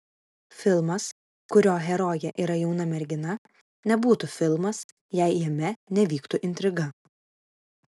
filmas kurio herojė yra jauna mergina nebūtų filmas jei jame nevyktų intriga